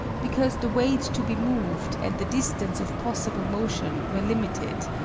because the weight to be moved and the distance of possible motion were limited,